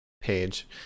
Page